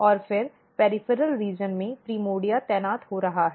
और फिर पेरिफेरल क्षेत्र में प्राइमर्डिया तैनात हो रहा है